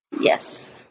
Yes